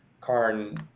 Karn